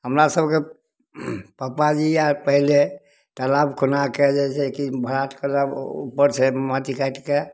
हमरा सभके पापा जी या पहिले तालाब खुना कऽ जे छै कि भराठके लग उपर छै माटि काटिके